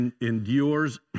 endures